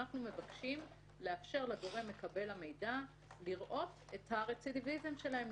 אנחנו מבקשים לאפשר לגורם מקבל המידע לראות את הרצידיוויזם שלהם.